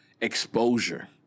exposure